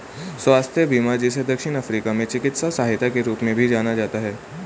स्वास्थ्य बीमा जिसे दक्षिण अफ्रीका में चिकित्सा सहायता के रूप में भी जाना जाता है